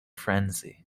frenzy